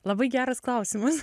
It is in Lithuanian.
labai geras klausimas